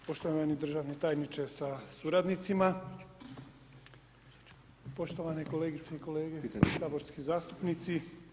Poštovani državni tajniče sa suradnicima, poštovane kolegice i kolege saborski zastupnici.